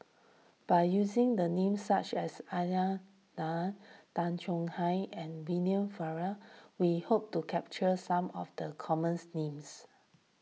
by using the names such as Aisyah Lyana Tay Chong Hai and William Farquhar we hope to capture some of the commons names